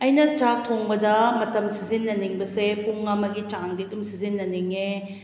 ꯑꯩꯅ ꯆꯥꯛ ꯊꯣꯡꯕꯗ ꯃꯇꯝ ꯁꯤꯖꯟꯅꯅꯤꯡꯕꯁꯦ ꯄꯨꯡ ꯑꯃꯒꯤ ꯆꯥꯡꯗꯤ ꯑꯗꯨꯝ ꯁꯤꯖꯟꯅꯅꯤꯡꯉꯦ